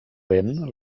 vent